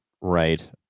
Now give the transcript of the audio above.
Right